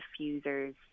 diffusers